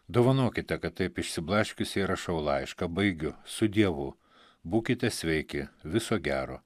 dovanokite kad taip išsiblaškiusiai rašau laišką baigiu su dievu būkite sveiki viso gero